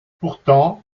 pourtant